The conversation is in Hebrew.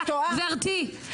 חברת הכנסת מיכאלי אני